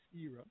era